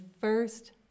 first